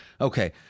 Okay